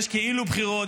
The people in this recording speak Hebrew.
יש כאילו בחירות,